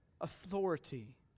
authority